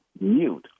mute